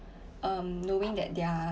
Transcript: um knowing that they're